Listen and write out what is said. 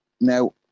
Now